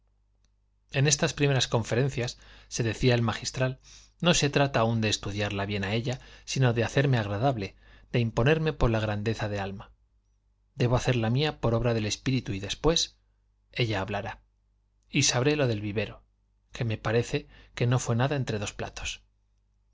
en estas primeras conferencias se decía el magistral no se trata aún de estudiarla bien a ella sino de hacerme agradable de imponerme por la grandeza de alma debo hacerla mía por obra del espíritu y después ella hablará y sabré lo del vivero que me parece que no fue nada entre dos platos